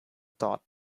thought